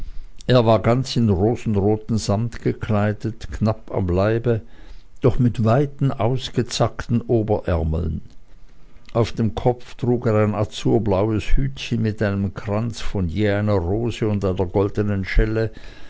er war ganz in rosenroten samt gekleidet knapp am leibe doch mit weiten ausgezackten oberärmeln auf dem kopfe trug er ein azurblaues hütchen mit einem kranze von je einer rose und einer goldenen schelle